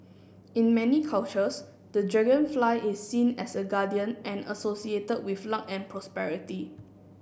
in many cultures the dragonfly is seen as a guardian and associated with luck and prosperity